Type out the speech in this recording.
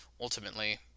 ultimately